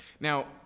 Now